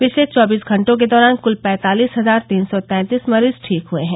पिछले चौबीस घंटों के दौरान कल पैंतालिस हजार तीन सौ तैंतीस मरीज ठीक हए हैं